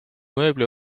mööbli